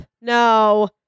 No